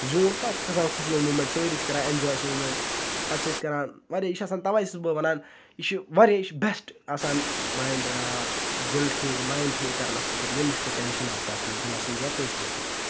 زیوٗن تَتھ چھُ کھَسان خوشی ہُنٛد موٗمٮ۪نٛٹ سٲری چھُ کَران اٮ۪نجاے سُہ موٗمٮ۪نٛٹ پَتہٕ چھِ أسۍ کَران واریاہ یہِ چھِ آسان تَوَے چھُس بہٕ وَنان یہِ چھِ واریاہ یہِ چھِ بٮ۪سٹہٕ آسان ماینڈ دِل ٹھیٖک ماینڈ ٹھیٖک کَرنَس خٲطرٕ ییٚمِس یہِ ٹٮ۪نشَن آسہِ اَتھ منٛز دِلَس منٛز یا کٲنٛسہِ منٛز تہِ